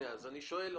אני שואל.